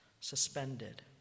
suspended